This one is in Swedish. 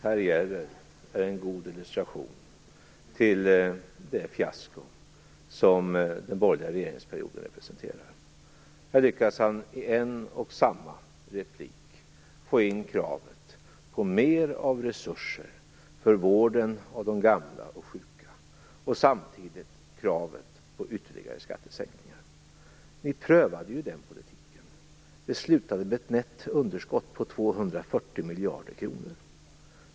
Fru talman! Herr Järrel är en god illustration på det fiasko som den borgerliga regeringsperioden representerar. Här lyckas han i en och samma replik få in kravet på mer av resurser för vården och de gamla och sjuka samtidigt med kravet på ytterligare skattesänkningar. Ni prövade ju den politiken. Det slutade med ett nätt underskott på 240 miljarder kronor.